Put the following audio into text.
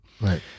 Right